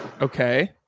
Okay